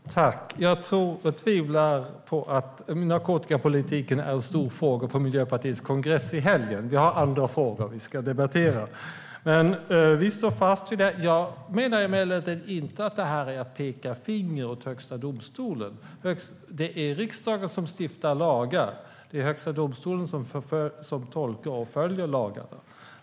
Herr talman! Jag tvivlar på att narkotikapolitiken blir en stor fråga på Miljöpartiets kongress i helgen. Vi har andra frågor som vi ska debattera. Jag menar emellertid inte att det här är att peka finger åt Högsta domstolen. Det är riksdagen som stiftar lagar och Högsta domstolen som tolkar och följer lagarna.